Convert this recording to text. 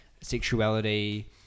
sexuality